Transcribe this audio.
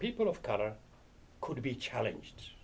people of color could be a challenge